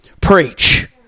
Preach